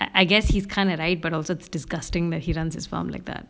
I I guess he's kind of right but also it's disgusting that he runs his firm like that